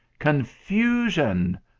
confusion!